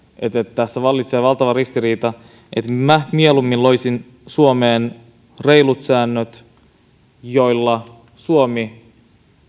tässä vallitsee valtava ristiriita minä mieluummin loisin suomeen reilut säännöt joilla suomi